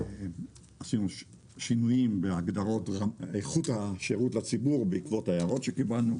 עשינו שינויים בהגדרות איכות השירות לציבור בעקבות ההערות שקיבלנו.